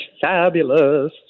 Fabulous